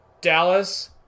Dallas